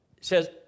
says